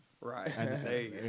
right